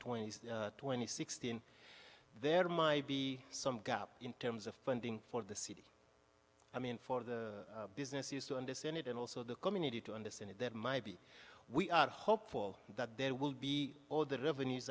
twenty twenty sixteen there might be some gap in terms of funding for the city i mean for the businesses to understand it and also the community to understand that might be we are hopeful that there will be all the revenues